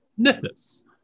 Nithis